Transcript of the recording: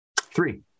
three